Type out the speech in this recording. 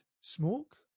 smoke